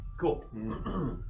Cool